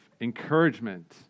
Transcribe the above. encouragement